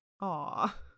Aw